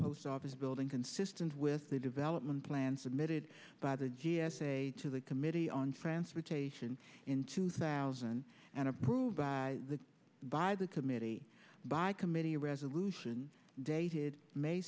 post office building consistent with the development plan submitted by the g s a to the committee on france which in two thousand and approved by the by the committee by committee resolution dated may